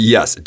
Yes